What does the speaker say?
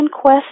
quest